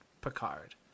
picard